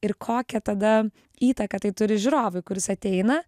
ir kokią tada įtaką tai turi žiūrovui kuris ateina